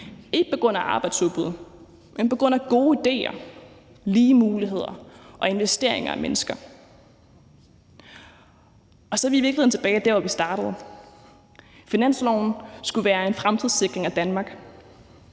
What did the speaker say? ikke på grund af arbejdsudbud, men på grund af gode idéer, lige muligheder og investeringer i mennesker. Og så er vi i virkeligheden tilbage der, hvor vi startede. Finansloven skulle være en fremtidssikring af Danmark,